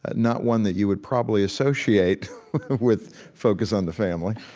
not one that you would probably associate with focus on the family,